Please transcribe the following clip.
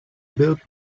built